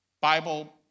Bible